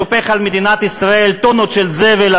שופך על מדינת ישראל טונות של זבל,